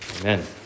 Amen